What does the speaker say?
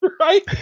right